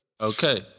Okay